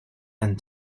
and